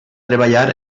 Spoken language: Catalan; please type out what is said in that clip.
treballar